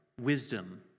wisdom